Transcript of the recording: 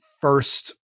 first